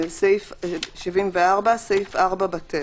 74. סעיף 4,בטל.